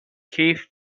keith